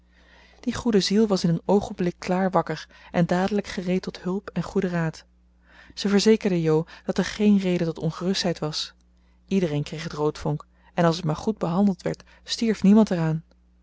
die goede ziel was in een oogenblik klaar wakker en dadelijk gereed tot hulp en goeden raad ze verzekerde jo dat er geen reden tot ongerustheid was iedereen kreeg het roodvonk en als het maar goed behandeld werd stierf niemand er